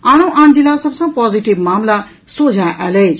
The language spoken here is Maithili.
आनो जिला सभ सँ पॉजिटिव मामिला सोझा आयल अछि